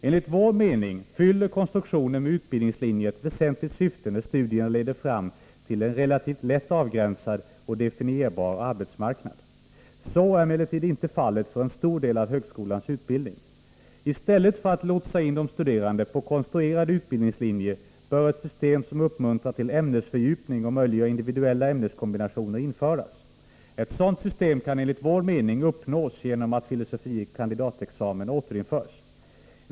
Enligt vår mening fyller konstruktionen med utbildningslinjer ett väsentligt syfte när studierna leder fram till en relativt lätt avgränsad och definierbar arbetsmarknad. Så är emellertid inte fallet för en stor del av högskolans utbildning. I stället för att lotsa in de studerande på konstruerade utbildningslinjer bör man införa ett system som uppmuntrar till ämnesfördjupning och möjliggör individuella ämneskombinationer. Ett sådant system kan enligt vår mening uppnås genom att filosofie kandidatexamen återinförs.